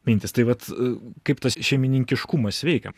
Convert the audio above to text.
mintis tai vat kaip tas šeimininkiškumas sveikia